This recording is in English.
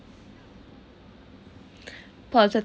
positive